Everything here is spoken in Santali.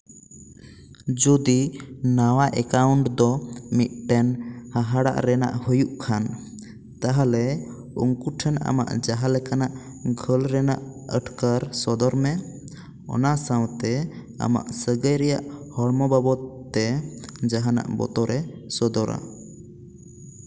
ᱡᱚᱫᱤ ᱱᱟᱣᱟ ᱮᱠᱟᱩᱱᱴ ᱫᱚ ᱢᱤᱫᱴᱮᱱ ᱦᱟᱦᱟᱲᱟᱜ ᱨᱮᱱᱟᱜ ᱦᱩᱭᱩᱜ ᱠᱷᱟᱱ ᱛᱟᱦᱞᱮ ᱩᱱᱠᱩ ᱴᱷᱮᱱ ᱟᱢᱟᱜ ᱡᱟᱦᱟᱸ ᱞᱮᱠᱟᱱᱟᱜ ᱜᱷᱟᱹᱞ ᱨᱮᱱᱟᱜ ᱟᱹᱴᱠᱟᱹᱨ ᱥᱚᱫᱚᱨ ᱢᱮ ᱚᱱᱟ ᱥᱟᱶᱛᱮ ᱟᱢᱟᱜ ᱥᱟᱹᱜᱟᱹᱭ ᱨᱮᱱᱟᱜ ᱦᱚᱲᱢᱚ ᱵᱟᱵᱚᱫᱛᱮ ᱡᱟᱦᱟᱱᱟᱜ ᱵᱚᱛᱚᱨᱮ ᱥᱚᱫᱚᱨᱟ